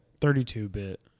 32-bit